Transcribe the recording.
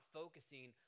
focusing